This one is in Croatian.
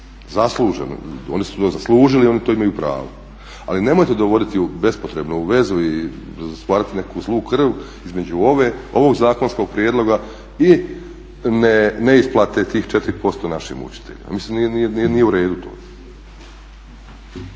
zasluženo, oni su to zaslužili i oni to imaju pravo. Ali nemojte dovoditi bespotrebno u vezu i stvarati neku zlu krvi između ovog zakonskog prijedloga i neisplate tih 4% našim učiteljima. Mislim nije u redu to.